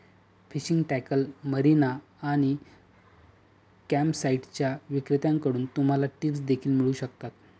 fishing tackle, marina आणि कॅम्पसाइट्सच्या विक्रेत्यांकडून तुम्हाला टिप्स देखील मिळू शकतात